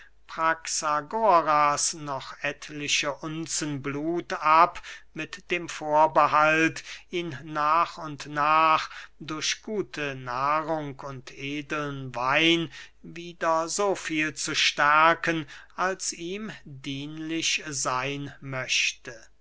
praxagoras noch etliche unzen blut ab mit dem vorbehalt ihn nach und nach durch gute nahrung und edeln wein wieder so viel zu stärken als ihm dienlich seyn möchte